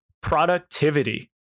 Productivity